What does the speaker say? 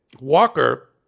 Walker